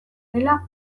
dela